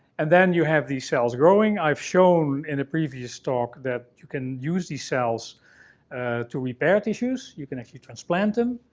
and then you have these cells growing. i've shown in a previous talk that you can use these cells to repair tissues you can actually transplant them.